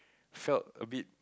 felt a bit